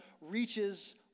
reaches